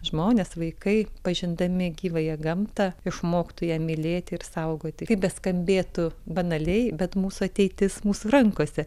žmonės vaikai pažindami gyvąją gamtą išmoktų ją mylėt ir saugoti kaip beskambėtų banaliai bet mūsų ateitis mūsų rankose